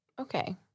Okay